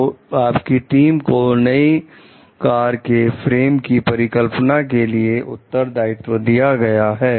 तो आपकी टीम को नई कार के फ्रेम की परिकल्पना के लिए उत्तर दायित्व दिया गया है